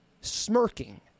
smirking